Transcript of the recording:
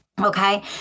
Okay